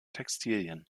textilien